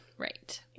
Right